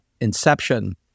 inception